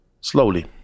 slowly